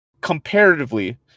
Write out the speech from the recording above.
Comparatively